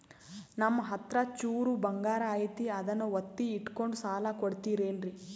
ನಮ್ಮಹತ್ರ ಚೂರು ಬಂಗಾರ ಐತಿ ಅದನ್ನ ಒತ್ತಿ ಇಟ್ಕೊಂಡು ಸಾಲ ಕೊಡ್ತಿರೇನ್ರಿ?